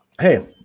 Hey